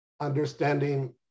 understanding